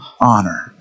honor